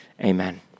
Amen